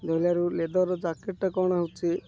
ଧୋଇଲାରୁ leather ଜାକେଟ୍ଟା କ'ଣ ହେଉଛି